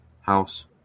house